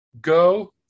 go